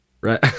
Right